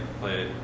play